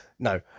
No